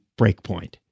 Breakpoint